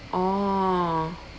orh